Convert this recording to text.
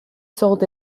sold